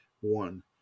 one